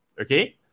Okay